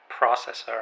processor